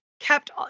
kept